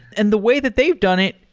and the way that they've done it,